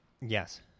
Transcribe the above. Yes